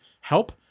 help